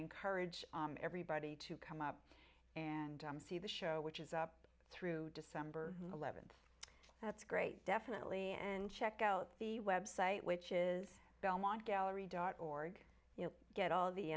encourage everybody to come up and see the show which is up through december eleventh that's great definitely and check out the website which is belmont gallery dot org you know get all the